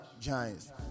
Giants